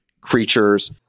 creatures